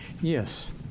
Yes